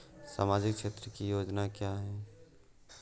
सामाजिक क्षेत्र की योजनाएँ क्या हैं?